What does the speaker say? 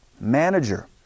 Manager